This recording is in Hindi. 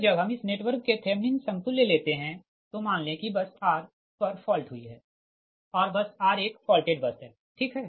तो जब हम इस नेटवर्क के थेवनिन समतुल्य लेते है तो मान ले कि बस r पर फॉल्ट हुई है और बस r एक फॉल्टेड बस है ठीक है